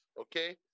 Okay